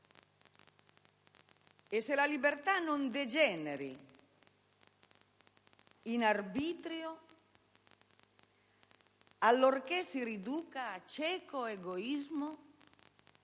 «se la libertà non degeneri in arbitrio allorché si riduca a cieco egoismo»;